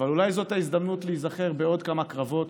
אבל אולי זאת ההזדמנות להיזכר בעוד כמה קרבות